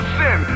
sin